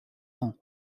rangs